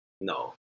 No